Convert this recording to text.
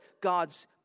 God's